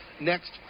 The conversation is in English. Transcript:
next